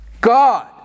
God